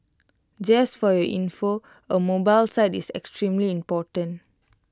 just for your info A mobile site is extremely important